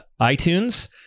iTunes